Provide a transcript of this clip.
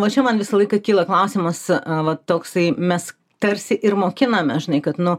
va čia man visą laiką kyla klausimas va toksai mes tarsi ir mokiname žinai kad nu